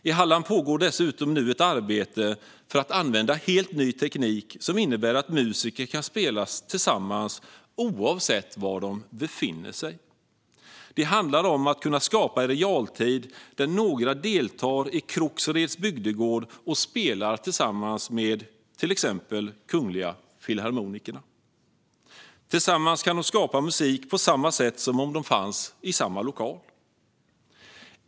I Halland pågår dessutom ett arbete för att använda en helt ny teknik som innebär att musiker kan spela tillsammans oavsett var de befinner sig. Det handlar om att kunna skapa i realtid där några deltar i Krogsereds bygdegård och spelar tillsammans med till exempel Kungliga Filharmonikerna. Tillsammans kan de skapa musik på samma sätt som om de skulle befinna sig i samma lokal.